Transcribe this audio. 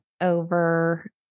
over